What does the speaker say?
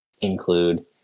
include